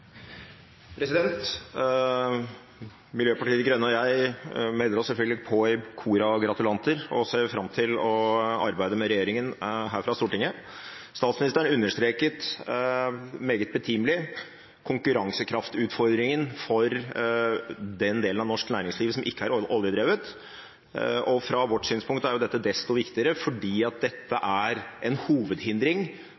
Miljøpartiet De Grønne og jeg melder oss selvfølgelig på i koret av gratulanter og ser fram til å arbeide med regjeringen fra Stortinget. Statsministeren understreket meget betimelig konkurransekraftutfordringen for den delen av norsk næringsliv som ikke er oljedrevet. Fra vårt synspunkt er dette desto viktigere